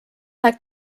aeg